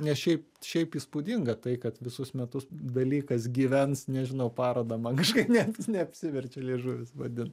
ne šiaip šiaip įspūdinga tai kad visus metus dalykas gyvens nežinau paroda man kažkaip ne neapsiverčia liežuvis vadint